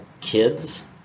kids